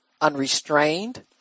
Unrestrained